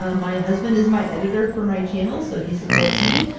um my husband is my editor for my channel, so he supports me,